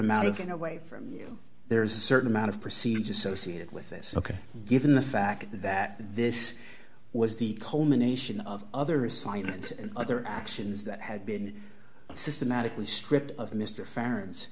amount of going away from you there's a certain amount of proceeds associated with this ok given the fact that this was the culmination of other assignments and other actions that had been systematically stripped of mr fer